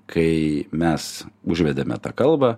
kai mes užvedėme tą kalbą